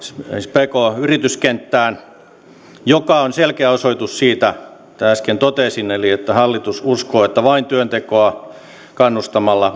pk yrityskenttään mikä on selkeä osoitus siitä mitä äsken totesin että hallitus uskoo että vain työntekoa kannustamalla